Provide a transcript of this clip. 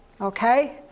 Okay